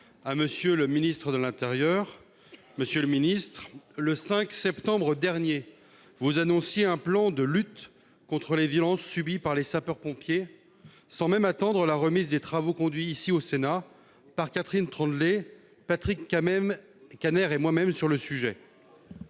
Monsieur le ministre, le 5 septembre dernier, vous annonciez un plan de lutte contre les violences subies par les sapeurs-pompiers, sans même attendre la remise des travaux conduits ici, au Sénat, par Catherine Troendlé, Patrick Kanner et moi-même sur le sujet.